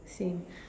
same